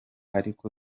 ariko